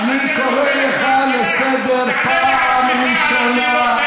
אני קורא אותך לסדר פעם ראשונה.